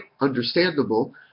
understandable